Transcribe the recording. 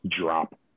drop